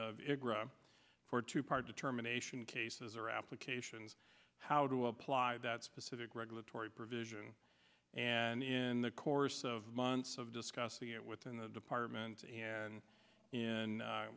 twenty four two part determination cases or applications how to apply that specific regulatory provision and in the course of months of discussing it within the department and